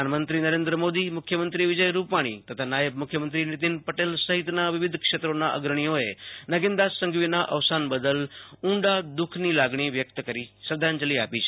પ્રધાનમંત્રી નરેન્દ્ર મોદી મુખ્યમંત્રી વિજય રૂપાણી તથા નાયબ મુખ્યમંત્રી નીતિન પટેલ સહિતના વિવિધ ક્ષેત્રોના અગ્રણીઓએ નગીનદાસ સંઘવીના અવસાન બદલ ઊંડા દુખની લાગણી વ્યક્ત કરી તેમને શ્રદ્ધાંજલિ આપી છે